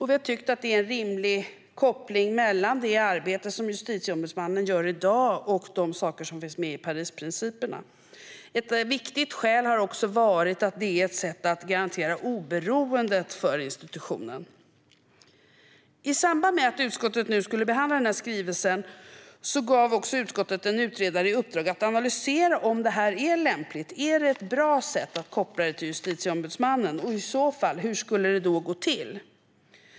Vi har tyckt att det är en rimlig koppling mellan det arbete som Justitieombudsmannen gör i dag och de principer som finns med i Parisprinciperna. Ett viktigt skäl har också varit att det är ett sätt att garantera oberoendet för institutionen. I samband med att utskottet nu skulle behandla skrivelsen gav utskottet en utredare i uppdrag att analysera om det är lämpligt och bra att koppla den till Justitieombudsmannen och i så fall hur det skulle gå till.